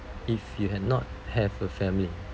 if you had not have a family